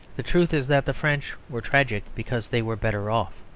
the truth is that the french were tragic because they were better off.